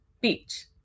Beach